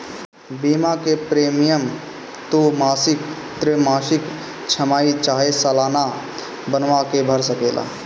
बीमा के प्रीमियम तू मासिक, त्रैमासिक, छमाही चाहे सलाना बनवा के भर सकेला